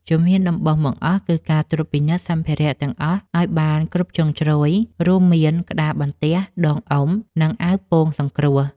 ជំហានដំបូងបង្អស់ គឺការត្រួតពិនិត្យសម្ភារៈទាំងអស់ឱ្យបានគ្រប់ជ្រុងជ្រោយ រួមមានក្តារបន្ទះ ដងអុំ និងអាវពោងសង្គ្រោះ។